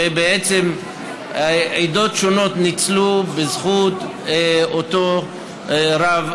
ובעצם עדות שונות ניצלו בזכות אותו רב,